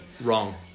Wrong